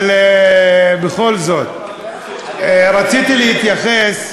אבל בכל זאת, רציתי להתייחס.